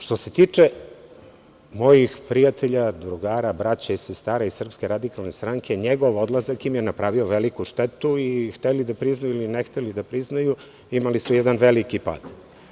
Što se tiče mojih prijatelja, drugara, braće i sestara iz SRS, njegov odlazak im je napravio veliku štetu i, hteli da priznaju ili ne hteli da priznaju, imali su jedan veliki pad.